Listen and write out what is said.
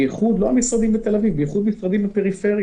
לא המשרדים בתל אביב אלא בייחוד משרדים בפריפריה,